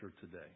today